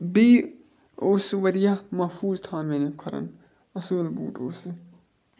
بیٚیہِ اوس سُہ واریاہ محفوٗظ تھاوان میانٮ۪ن کھۄرن اَصۭل بوٗٹھ اوس سُہ